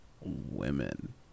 women